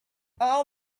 all